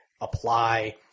apply